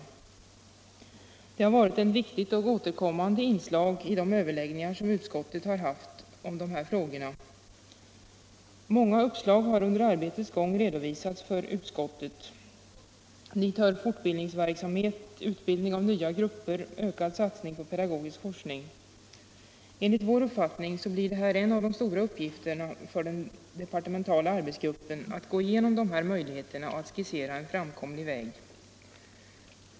Detta har varit ett viktigt och återkommande inslag i de överläggningar utskottet haft i dessa frågor. Många uppslag har under arbetets gång redovisats för utskottet. Dit hör fortbildningsverksamhet, utbildning av nya grupper och ökad satsning på pedagogisk forskning. Enligt vår uppfattning blir det en av de stora arbetsuppgifterna för den departementala arbetsgruppen att gå igenom dessa möjligheter och att skissera en framkomlig väg.